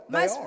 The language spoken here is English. mas